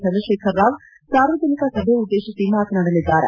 ಚಂದ್ರಶೇಖರ ರಾವ್ ಸಾರ್ವಜನಿಕ ಸಭೆ ಉದ್ದೇಶಿಸಿ ಮಾತನಾಡಲಿದ್ದಾರೆ